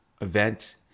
event